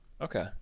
Okay